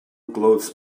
clothes